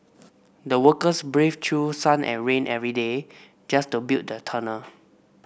the workers braved through sun and rain every day just to build the tunnel